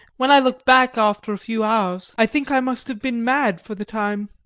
when i look back after a few hours i think i must have been mad for the time,